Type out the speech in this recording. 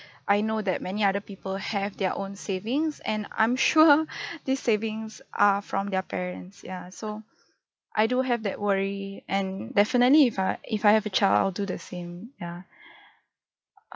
I know that many other people have their own savings and I'm sure these savings are from their parents ya so I do have that worry and definitely if I if I have a child I'll do the same ya